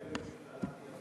והיו ימים